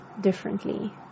differently